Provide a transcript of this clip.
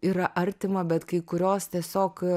yra artima bet kai kurios tiesiog